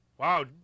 Wow